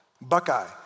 Buckeye